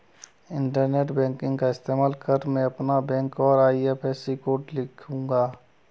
internet banking का इस्तेमाल कर मैं अपना बैंक और आई.एफ.एस.सी कोड लिखूंगा